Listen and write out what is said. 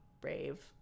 Brave